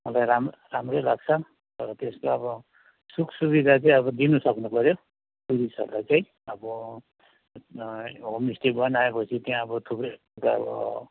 मलाई राम राम्रै लाग्छ तर त्यसको अब सुखसुविधा चाहिँ अब दिनु सक्नुपऱ्यो टुरिस्टहरूलाई चाहिँ अब होमस्टे बनायोपछि त्यहाँ अब थुप्रै गाह्रो